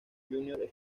junior